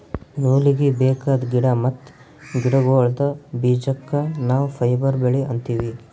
ನೂಲೀಗಿ ಬೇಕಾದ್ ಗಿಡಾ ಮತ್ತ್ ಗಿಡಗೋಳ್ದ ಬೀಜಕ್ಕ ನಾವ್ ಫೈಬರ್ ಬೆಳಿ ಅಂತೀವಿ